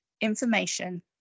information